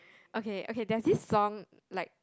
okay okay that this song like